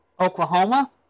Oklahoma